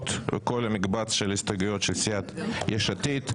החשובות בכל המקבץ של ההסתייגויות של סיעת יש עתיד.